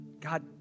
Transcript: God